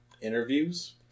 interviews